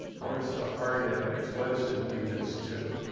where's the hard evidence? what does it lead us to?